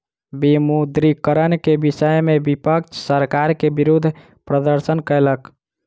विमुद्रीकरण के विषय में विपक्ष सरकार के विरुद्ध प्रदर्शन कयलक